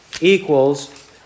equals